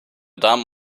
damen